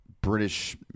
British